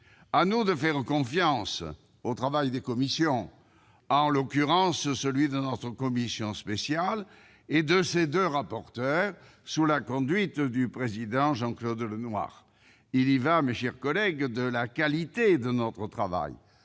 À nous de faire confiance au travail des commissions, en l'espèce celui de notre commission spéciale et de ses deux rapporteurs, sous la conduite de son président, Jean-Claude Lenoir. Il y va de la qualité de notre travail